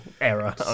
error